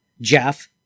Jeff